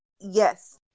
yes